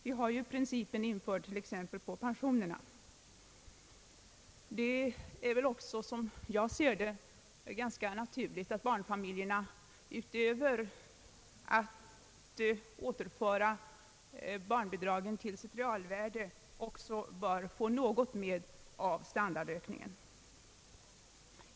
Vi har ju principen införd t.ex. på pensionerna. Det är också, som jag ser det, ganska naturligt att barnfamiljerna utöver att få barnbidraget återfört till dess tidigare realvärde också bör få något mer av standardhöjningen.